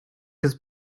this